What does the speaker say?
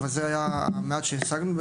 אבל זה היה המעט שהשגנו,